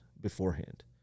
beforehand